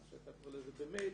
מה שאתה קורא לזה במייל.